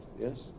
yes